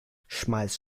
schmeiß